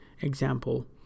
example